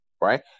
right